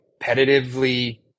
competitively